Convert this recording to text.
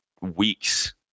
weeks